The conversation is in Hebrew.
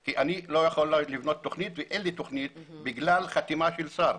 כי אני לא יכול לבנות תוכנית ואין לי תוכנית בגלל חתימה של שר.